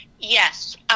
Yes